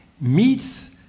meets